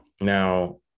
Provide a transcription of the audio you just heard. Now